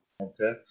Okay